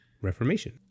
Reformation